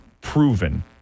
proven